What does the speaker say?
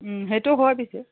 ওম সেইটো হয় পিছে